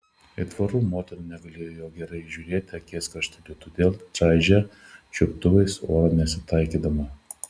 aitvarų motina negalėjo jo gerai įžiūrėti akies krašteliu todėl čaižė čiuptuvais orą nesitaikydama